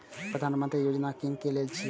प्रधानमंत्री यौजना किनका लेल छिए?